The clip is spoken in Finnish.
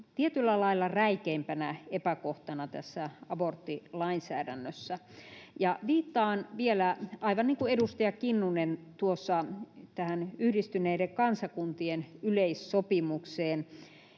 tietyllä lailla räikeimpänä epäkohtana tässä aborttilainsäädännössä. Viittaan vielä, aivan niin kuin edustaja Kinnunen tuossa, tähän Yhdistyneiden kansakuntien yleissopimukseen